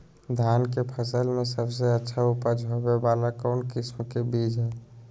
धान के फसल में सबसे अच्छा उपज होबे वाला कौन किस्म के बीज हय?